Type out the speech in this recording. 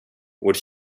would